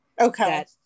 Okay